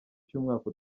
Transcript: cy’umwaka